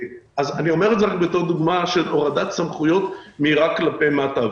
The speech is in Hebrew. אני אומר את זה בתור דוגמה של הורדת סמכויות מהירה כלפי מטה.